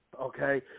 okay